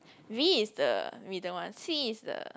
V is the middle one C is the